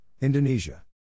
Indonesia